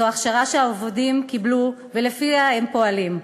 זו ההכשרה שהעובדים קיבלו ולפיה הם פועלים.